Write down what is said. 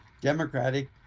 Democratic